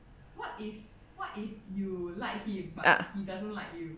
uh